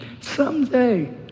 someday